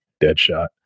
Deadshot